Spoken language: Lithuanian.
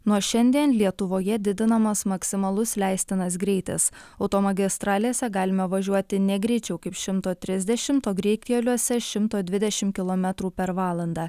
nuo šiandien lietuvoje didinamas maksimalus leistinas greitis automagistralėse galima važiuoti ne greičiau kaip šimto trisdešimt o greitkeliuose šimto dviedšimt kilometrų per valandą